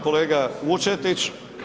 Kolega Vučetić.